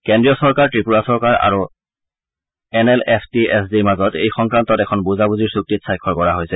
কেন্দ্ৰীয় চৰকাৰ ত্ৰিপুৰা চৰকাৰ আৰু N L F T S ডিৰ মাজত এই সংক্ৰান্তত এখন বুজাবুজিৰ চুক্তিত স্বাক্ষৰ কৰা হৈছে